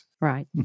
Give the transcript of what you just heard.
right